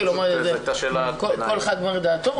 את תכף תקבלי את רשות הדיבור.